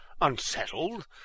Unsettled